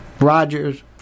Rogers